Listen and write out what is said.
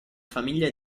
famiglia